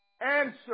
answer